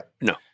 No